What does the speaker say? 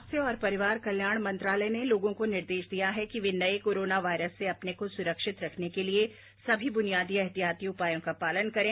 स्वास्थ्य और परिवार कल्याण मंत्रालय ने लोगों को निर्देश दिया है कि वे नये कोरोना वायरस से अपने को सुरक्षित रखने के लिए सभी बुनियादी एहतियाती उपायों का पालन करें